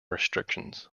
restrictions